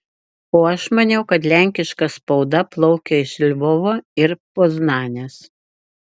o aš maniau kad lenkiška spauda plaukė iš lvovo ir poznanės